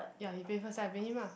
ya he pay first then I pay him lah